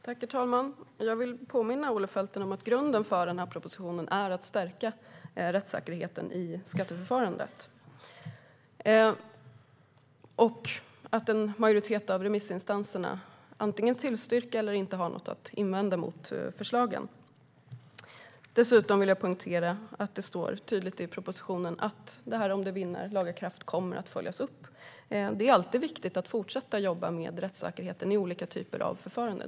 Herr talman! Jag vill påminna Olle Felten om att grunden för propositionen är att stärka rättssäkerheten i skatteförfarandet. En majoritet av remissinstanserna antingen tillstyrker eller har inte något att invända mot förslagen. Dessutom vill jag poängtera att det tydligt står i propositionen att om förslaget vinner laga kraft kommer det att följas upp. Det är alltid viktigt att fortsätta att jobba med rättssäkerheten i olika typer av förfaranden.